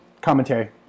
commentary